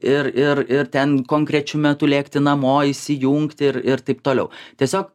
ir ir ir ten konkrečiu metu lėkti namo įsijungti ir ir taip toliau tiesiog